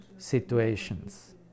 situations